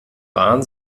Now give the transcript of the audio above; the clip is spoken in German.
waren